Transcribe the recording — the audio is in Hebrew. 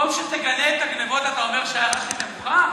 במקום שתגנה את הגנבות אתה אומר שההערה שלי נמוכה?